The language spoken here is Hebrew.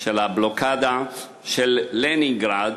של הבלוקדה של לנינגרד.